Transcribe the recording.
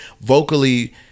Vocally